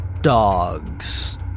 dogs